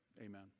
amen